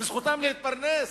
וזכותם להתפרנס.